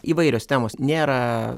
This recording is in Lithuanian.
įvairios temos nėra